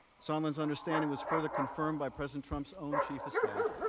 so um his understanding was further concerned by president trump's own chief of staff.